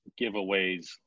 giveaways